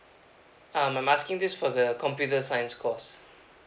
um I'm asking this for the computer science course